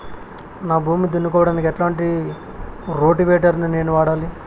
నా భూమి దున్నుకోవడానికి ఎట్లాంటి రోటివేటర్ ని నేను వాడాలి?